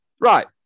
right